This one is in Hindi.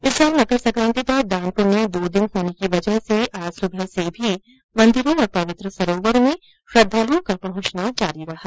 इस साल मकर संक्राति पर दान पुण्य दो दिन होने की वजह से आज सुबह से भी मन्दिरों और पवित्र सरोवरों में श्रद्वालुओं का पहुंचना जारी रहा